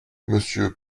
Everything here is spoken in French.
monsieur